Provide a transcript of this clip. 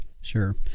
sure